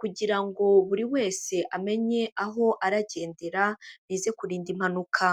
kugira ngo buri wese amenye aho aragendera, bize kurinda impanuka.